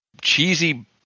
cheesy-